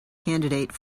candidate